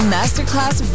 Masterclass